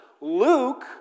Luke